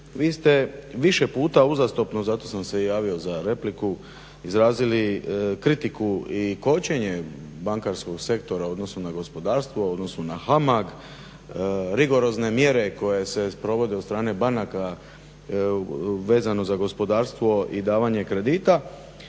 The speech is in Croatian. vi ste više puta uzastopno, zato sam se i javio za repliku, izrazili kritiku i kočenje bankarskog sektora u odnosu na gospodarstvo, u odnosu na HAMAG, rigorozne mjere koje se sprovode od strane banaka vezano za gospodarstvo i davanje kredita.